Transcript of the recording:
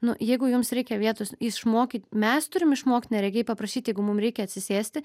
nu jeigu jums reikia vietos išmokit mes turim išmokt neregiai paprašyt jeigu mum reikia atsisėsti